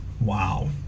wow